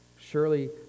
surely